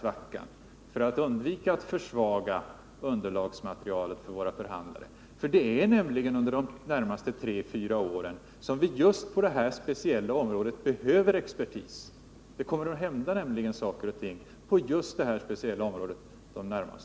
Vi vill satsa dessa pengar för att undvika att försvaga underlagsmaterialet för våra förhandlare. Det är nämligen under de närmaste tre till fyra åren som vi på det här speciella området behöver expertis.